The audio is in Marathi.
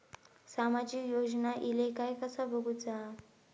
सामाजिक योजना इले काय कसा बघुचा?